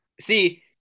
See